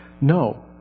No